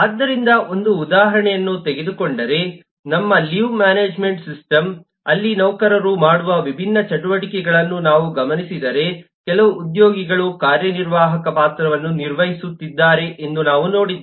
ಆದ್ದರಿಂದ ಒಂದು ಉದಾಹರಣೆಯನ್ನು ತೆಗೆದುಕೊಂಡರೆ ನಮ್ಮ ಲೀವ್ ಮ್ಯಾನೇಜ್ಮೆಂಟ್ ಸಿಸ್ಟಮ್ ಅಲ್ಲಿ ನೌಕರರು ಮಾಡುವ ವಿಭಿನ್ನ ಚಟುವಟಿಕೆಗಳನ್ನು ನಾವು ಗಮನಿಸಿದರೆ ಕೆಲವು ಉದ್ಯೋಗಿಗಳು ಕಾರ್ಯನಿರ್ವಾಹಕ ಪಾತ್ರವನ್ನು ನಿರ್ವಹಿಸುತ್ತಿದ್ದಾರೆ ಎಂದು ನಾವು ನೋಡಿದ್ದೇವೆ